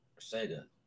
Sega